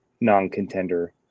non-contender